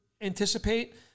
anticipate